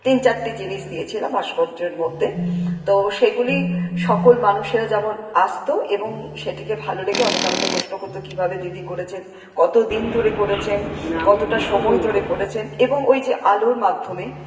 তিন চারটে জিনিস দিয়েছিলাম ভাস্কর্যের মধ্যে তো সেগুলি সকল মানুষেরা যেমন আসত এবং সেটিকে ভালো লেগে অনেকে আমাকে প্রশ্ন করতো কীভাবে দিদি করেছেন কত দিন ধরে করেছেন কতটা সময় ধরে করেছেন এবং ওই যে আলোর মাধ্যমে